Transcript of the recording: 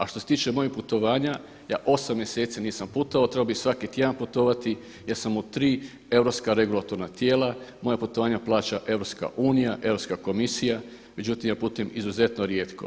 A što se tiče mojih putovanja, ja 8 mjeseci nisam putovao, trebao bih svaki tjedan putovati, ja sam u tri europska regulatorna tijela, moja putovanja plaća EU, Europska komisija, međutim ja putujem izuzetno rijetko.